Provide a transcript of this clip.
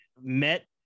met